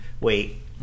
Wait